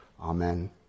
Amen